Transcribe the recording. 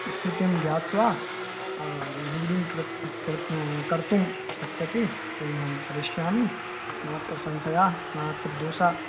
स्थितिं ज्ञात्वा दूरींकृतं कृतं कर्तुं शक्यते तरिन्यहं करिष्यामि नात्र संशयः नात्र दोषाः